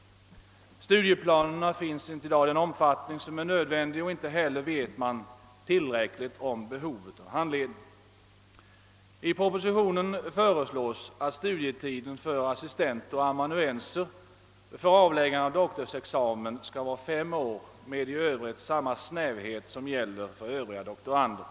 Studieplaner finns i dag inte i den omfattning som är nödvändig, och inte heller vet man tillräckligt om behovet av handledning. I propositionen föreslås att studietiden för assistenter och amanuenser för avläggande av doktorsexamen skall vara fem år med i övrigt samma snävhet som gäller för andra doktorander.